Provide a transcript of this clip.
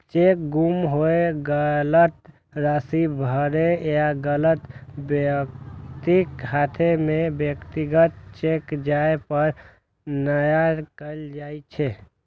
cheque गुम होय, गलत राशि भरै या गलत व्यक्तिक हाथे मे व्यक्तिगत चेक जाय पर एना कैल जाइ छै